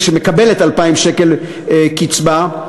שמקבלת 2,000 שקל קצבה,